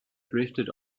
drifted